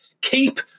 Keep